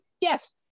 yes